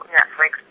Netflix